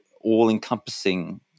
all-encompassing